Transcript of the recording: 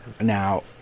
Now